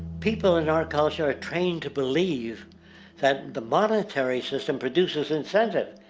people in our culture are trained to believe that the monetary system produces incentive.